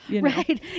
Right